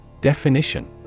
Definition